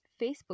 Facebook